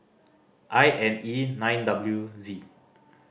I N E nine W Z